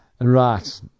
Right